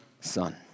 son